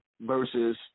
versus